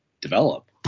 develop